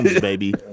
baby